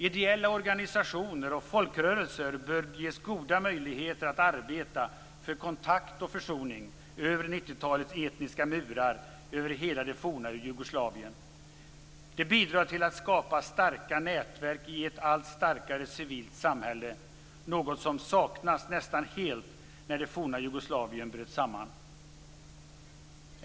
Ideella organisationer och folkrörelser bör ges goda möjligheter att arbeta för kontakt och försoning över 90-talets etniska murar över hela det forna Jugoslavien. Det bidrar till att skapa starka nätverk i ett allt starkare civilt samhälle, något som saknades nästan helt, när det forna Jugoslavien bröt samman.